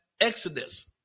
Exodus